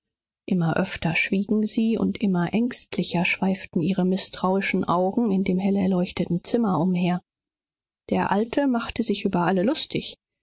immer öfter schwiegen sie und immer ängstlicher schweiften ihre mißtrauischen augen in dem hellerleuchteten zimmer umher der alte machte sich über alle lustig